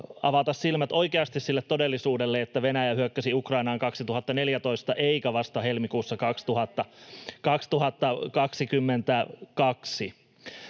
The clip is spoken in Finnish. avata silmät oikeasti sille todellisuudelle, että Venäjä hyökkäsi Ukrainaan 2014 eikä vasta helmikuussa 2022.